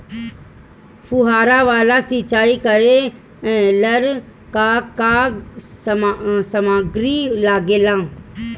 फ़ुहारा वाला सिचाई करे लर का का समाग्री लागे ला?